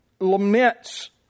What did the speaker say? laments